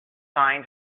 signs